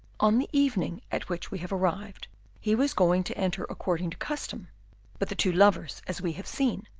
on the evening at which we have arrived he was going to enter according to custom but the two lovers, as we have seen,